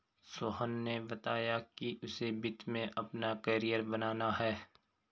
सोहन ने बताया कि उसे वित्त में अपना कैरियर बनाना है